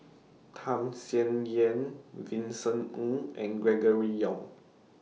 Tham Sien Yen Vincent Ng and Gregory Yong